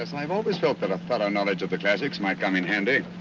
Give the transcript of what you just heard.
and i've always felt that a thorough knowledge of the classics might come in handy.